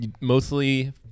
mostly